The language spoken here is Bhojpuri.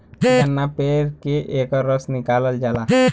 गन्ना पेर के एकर रस निकालल जाला